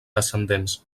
descendents